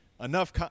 enough